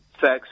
sex